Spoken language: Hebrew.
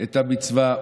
את המצווה,